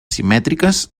simètriques